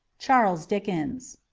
charles dickens